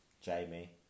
Jamie